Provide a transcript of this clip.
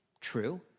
True